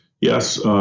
Yes